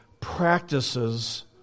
practices